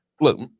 Look